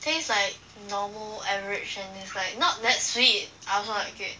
taste like normal average and is like not that sweet I also like it